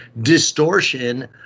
distortion